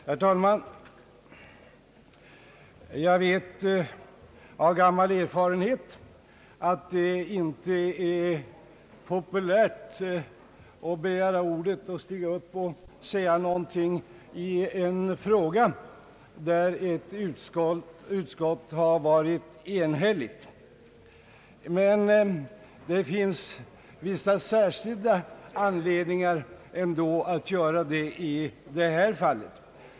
Herr talman! Jag vet av lång erfarenhet att det inte är populärt att stiga upp och säga någonting i en fråga som ett utskott har avgivit ett enhälligt utlåtande om. Men det finns ändå vissa särskilda anledningar att göra det i det här fallet.